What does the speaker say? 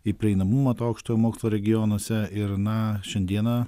į prieinamumą to aukštojo mokslo regionuose ir na šiandieną